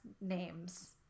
names